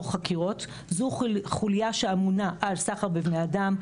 חקירות זו חוליה שאמונה על סחר בבני אדם,